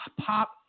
pop